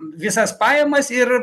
visas pajamas ir